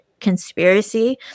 conspiracy